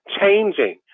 changing